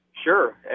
Sure